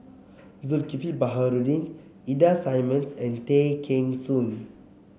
Zulkifli Baharudin Ida Simmons and Tay Kheng Soon